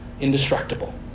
indestructible